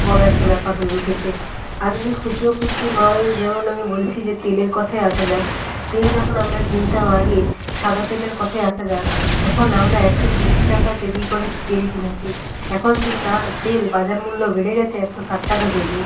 বড় একটা ব্যাপার হয়ে উঠেছে আগে খুচরো খুচরি মাল যেমন আমি বলছি যে তেলের কথায় আসা যাক তেল যখন আমরা কিনতাম আগে সাদা তেলের কথায় আসা যাক তখন আমরা একশো তিরিশ টাকা কেজি করে তেল কিনেছি এখন সেই তা তেল বাজার মূল্য বেড়ে গেছে একশো ষাট টাকা কেজি